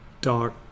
dark